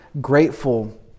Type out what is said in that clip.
grateful